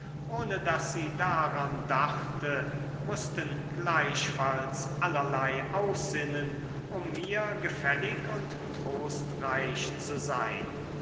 ohne daß sie daran dachte mußten gleichfalls allerlei aussinnen um mir gefällig und trostreich zu sein